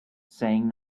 saying